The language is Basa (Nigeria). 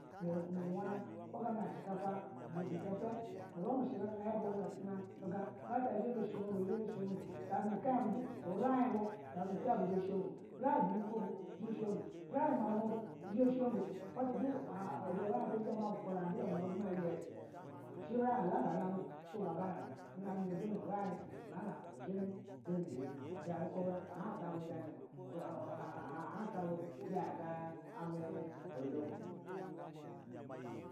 Nu uwana ka gana shikapa ni kapi urimi she ha bonono sai tuga gana ra ata hinu shagogo gabu nu kai bu zhaya shago urin ubuyi kulo bu do zha ya shayigo urin maulu mubu zha ya shago go gabata du bapa ta du ya a bizha a kuba ma yes shi urin yi lagana nanli shi ba ganana no una mi du ya nu urin na zhimu tabi iya ibe a buku bi ahansabu a a zha zhuma ahasabu zha yaga a me alumu